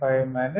5 0